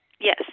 Yes